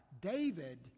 David